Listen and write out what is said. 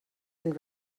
and